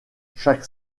chaque